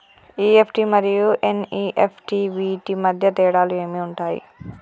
EFT మరియు NEFT వీటి మధ్య తేడాలు ఏమి ఉంటాయి?